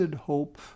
hope